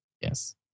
yes